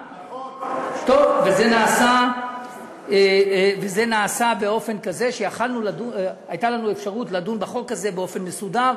זה נעשה באופן כזה שהייתה לנו אפשרות לדון בחוק הזה באופן מסודר,